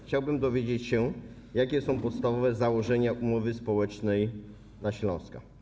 Chciałbym dowiedzieć się: Jakie są podstawowe założenia umowy społecznej dla Śląska?